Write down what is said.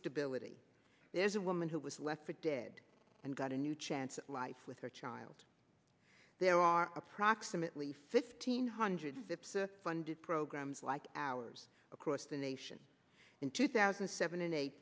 stability there's a woman who was left for dead and got a new chance at life with her child there are approximately fifteen hundred zips funded programs like ours across the nation in two thousand and seven and eight